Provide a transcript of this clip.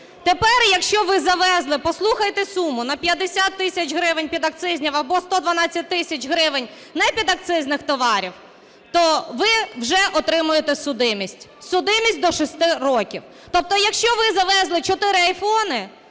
Тепер, якщо ви завезли, послухайте суму, на 50 тисяч гривень підакцизних або 112 тисяч гривень не підакцизних товарів, то ви вже отримуєте судимість, судимість до 6 років. Тобто, якщо ви завезли чотири